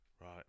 Right